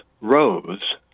rose